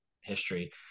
history